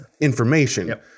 information